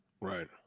Right